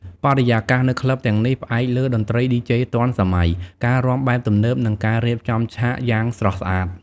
បរិយាកាសនៅក្លឹបទាំងនេះ ផ្អែកលើតន្ត្រីឌីជេទាន់សម័យ, ការរាំបែបទំនើប, និង ការរៀបចំឆាកយ៉ាងស្រស់ស្អាត។